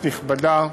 נכבדה,